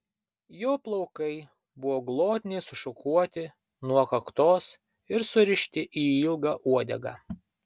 jo plaukai buvo glotniai sušukuoti nuo kaktos ir surišti į ilgą uodegą